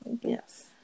Yes